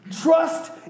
Trust